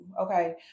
Okay